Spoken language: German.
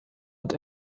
und